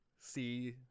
see